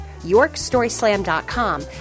YorkStorySlam.com